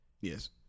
Yes